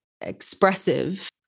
expressive